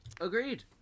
Agreed